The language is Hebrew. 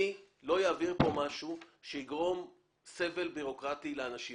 אני לא אעביר כאן משהו שיגרום סבל בירוקרטי לאנשים.